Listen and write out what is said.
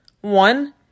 one